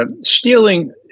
stealing